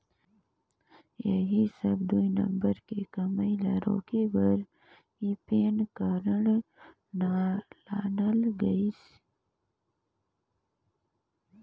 ऐही सब दुई नंबर के कमई ल रोके घर ही पेन कारड लानल गइसे